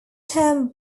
term